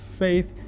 faith